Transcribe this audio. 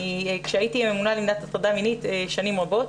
כשהייתי ממונה למניעת הטרדה מינית, שנים רבות,